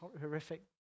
horrific